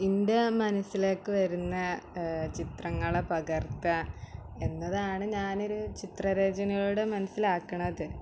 എൻ്റെ മനസ്സിലേക്ക് വരുന്ന ചിത്രങ്ങളെ പകർത്തുക എന്നതാണ് ഞാനൊരു ചിത്ര രചനയോട് മനസിലാക്കുന്നത്